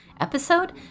episode